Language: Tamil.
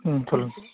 ம் சொல்லுங்கள் சார்